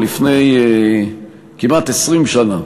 לפני כמעט 20 שנה,